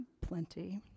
plenty